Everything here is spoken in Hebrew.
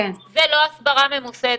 זה לא הסברה ממוסדת,